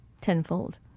tenfold